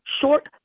short